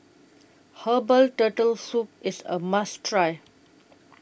Herbal Turtle Soup IS A must Try